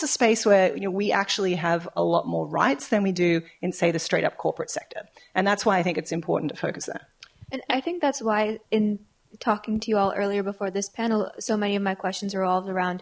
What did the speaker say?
a space where we actually have a lot more rights than we do in say the straight up corporate sector and that's why i think it's important to focus that and i think that's why in talking to you all earlier before this panel so many of my questions are all around